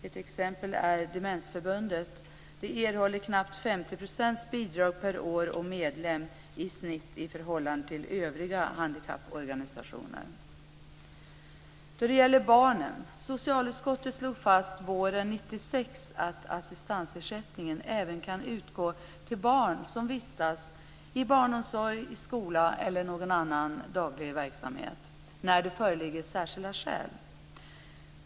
Ett exempel är Våren 1996 slog socialutskottet fast att assistansersättningen även kan utgå till barn som vistas i barnomsorg, skola eller någon annan daglig verksamhet när det föreligger särskilda skäl.